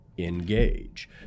Engage